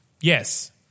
Yes